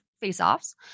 face-offs